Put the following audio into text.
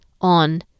on